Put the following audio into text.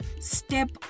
step